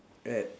at